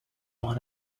one